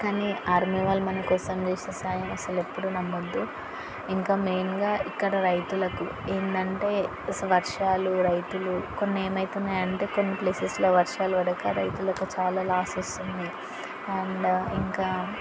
కానీ ఆర్మీ వాళ్ళు మన కోసం చేసే సాయం అసలు ఎప్పుడూ నమ్మొద్దు ఇంకా మెయిన్గా ఇక్కడ రైతులకు ఏంటంటే అసలు వర్షాలు రైతులు కొన్ని ఏమవుతున్నాయి అంటే కొన్ని ప్లేసెస్లో వర్షాలు పడక రైతులకు చాలా లాస్ వస్తున్నాయి అండ్ ఇంకా